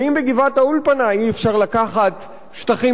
ואם בגבעת-האולפנה אי-אפשר לקחת שטחים